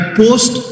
post